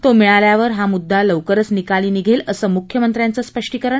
तो मिळाल्यावर हा मुद्दा लवकरच निकाली निघेल असं मुख्यमंत्र्यांचं स्पष्टीकरण